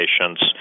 patients